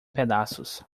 pedaços